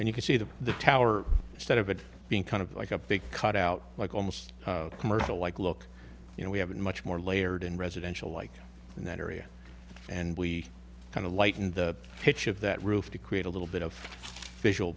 and you can see the the tower instead of it being kind of like a big cut out like almost commercial like look you know we have been much more layered and residential like in that area and we kind of lighten the pitch of that roof to create a little bit of vis